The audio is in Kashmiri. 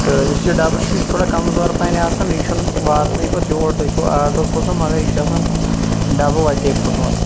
تہٕ یُس یہِ ڈَبہٕ چھُ یہِ چھُ تھوڑا کَمزور پَہَم آسان یہِ چھُنہٕ واتنے پَتہٕ یور تُہۍ چھو آڈَر سوزان مَگَر یہِ چھُ آسان ڈَبہٕ وَتی پھُٹمُت